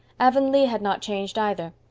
avonlea had not changed, either.